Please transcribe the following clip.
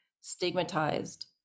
stigmatized